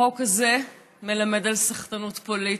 החוק הזה מלמד על סחטנות פוליטית,